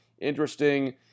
Interesting